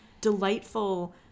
delightful